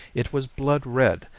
it was blood red,